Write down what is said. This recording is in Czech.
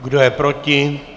Kdo je proti?